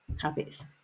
habits